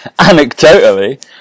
anecdotally